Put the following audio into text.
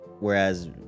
Whereas